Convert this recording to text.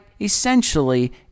essentially